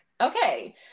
okay